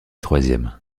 troisième